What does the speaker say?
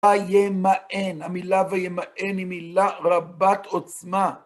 וימאן, המילה וימאן היא מילה רבת עוצמה.